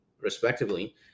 respectively